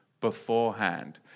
beforehand